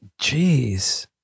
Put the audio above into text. Jeez